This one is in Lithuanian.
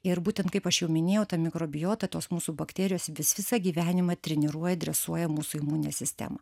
ir būtent kaip aš jau minėjau ta mikrobiota tos mūsų bakterijos jos visą gyvenimą treniruoja dresuoja mūsų imuninę sistemą